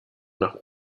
nach